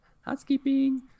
housekeeping